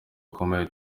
bakomeye